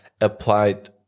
applied